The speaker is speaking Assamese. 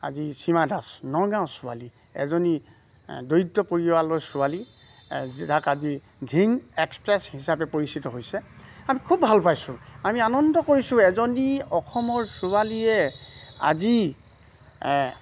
আজি হিমা দাস নগাঁৱৰ ছোৱালী এজনী দৰিদ্ৰ পৰিয়ালৰ ছোৱালী যাক আজি ধিং এক্সপ্ৰেছ হিচাপে পৰিচিত হৈছে আমি খুব ভাল পাইছোঁ আমি আনন্দ কৰিছোঁ এজনী অসমৰ ছোৱালীয়ে আজি